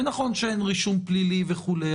ונכון שאין רישום פלילי וכולי,